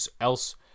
else